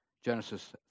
Genesis